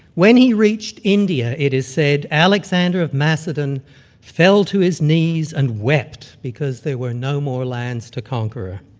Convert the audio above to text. when he reached india it is said, alexander of macedon fell to his knees and wept because there were no more lands to conquer.